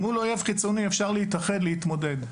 מול אויב חיצוני אפשר להתאחד ולהתמודד,